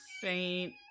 saint